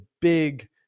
big